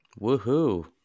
Woohoo